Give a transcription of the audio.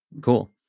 Cool